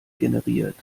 generiert